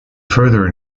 further